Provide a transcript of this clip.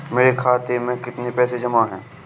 मेरे खाता में कितनी पैसे जमा हैं?